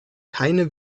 keine